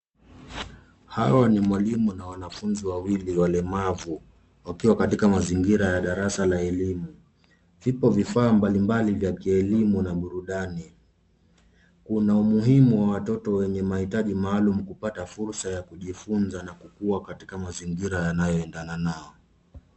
Hao ni mwalimu na wanafunzi wawili walemavu wakiwa katika mazingira ya darasa la elimu. Vipo vifaa mbalimbali vya kielimu na burudani. Kuna umuhimu wa watoto wenye mahitaji maalum kupata fursa ya kujifunza na kukuwa katika mazingira yanayoendana nao.